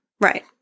Right